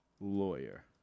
Lawyer